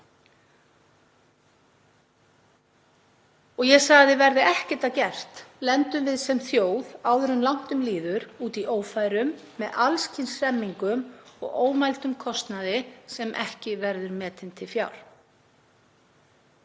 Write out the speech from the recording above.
Ég sagði: Verði ekkert að gert lendum við sem þjóð áður en langt um líður úti í ófærum með alls kyns hremmingum og ómældum kostnaði sem ekki verður metinn til fjár.